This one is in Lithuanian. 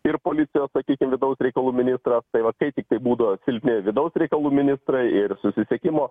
ir policijos sakykim vidaus reikalų ministras tai va kai tik tai būdavo silpni vidaus reikalų ministrai ir susisiekimo